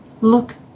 Look